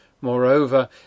Moreover